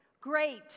Great